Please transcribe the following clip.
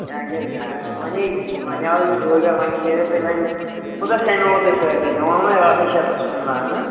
یا گَژھہِ گاٹہٕ وَنے وۄنۍ آوُس بہٕ دوٗرِ پٮ۪ٹھ وۄنۍ کٔرِو تُہۍ وۄنۍ کوٗتاہ سَمیٚووٕ تۄہہِ سٲرِسٕے مےٚ وۄن وۄنۍ ٲٹھَس شٮ۪تھَس وون مےٚ اَز